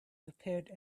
prepared